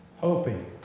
hoping